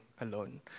alone